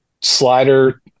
Slider